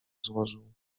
złożył